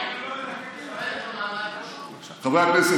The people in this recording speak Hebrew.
חברי הכנסת,